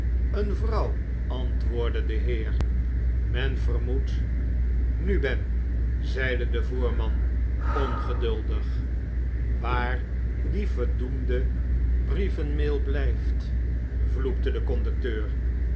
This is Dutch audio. eene vrouw antwoordde de heer men vermoedt nu ben zeide de voerman ongeduldig waar die verdoemde brievenmaal blijft vloekte de conducteur